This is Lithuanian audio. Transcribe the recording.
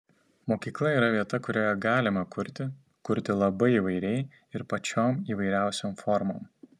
mokykla yra vieta kurioje galima kurti kurti labai įvairiai ir pačiom įvairiausiom formom